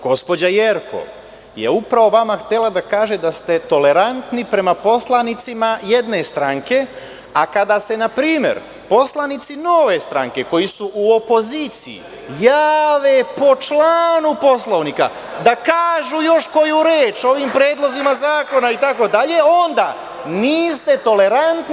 Gospođa Jerkov je vama htela da kaže da ste tolerantni prema poslanicima jedne stranke, a kada se, na primer, poslanici Nove stranke, koji su u opoziciji jave po članu Poslovnika da kažu još koju reč o ovim predlozima zakona itd., onda niste tolerantni.